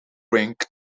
rink